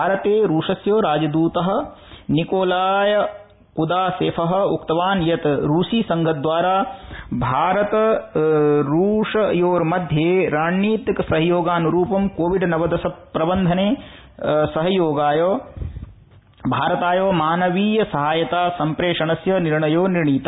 भारते रूसस्य राजदूत निकोलाय क्दासेफ उक्तवान् यत् रूसीसंघदवारा भारत रूसयोरर्मध्ये रणनीतिक सहयोगानुरूपं कोविड नावदशस्य प्रबंधने सहयोगाय भारताय मानवीय सहायता संप्रेषणस्य निर्णयो निर्णीत